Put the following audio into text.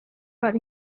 but